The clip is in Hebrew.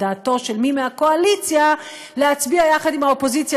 דעתו של מי מהקואליציה להצביע יחד עם האופוזיציה